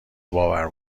باور